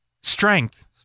strength